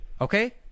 okay